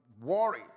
worry